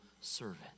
servant